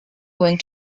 going